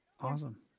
awesome